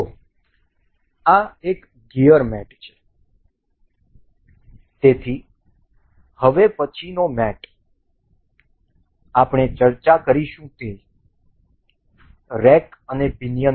તેથી આ એક ગિયર મેટ છે તેથી હવે પછીનો મેટ આપણે ચર્ચા કરીશું તે છે રેક અને પિનીઅન